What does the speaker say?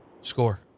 score